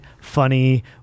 funny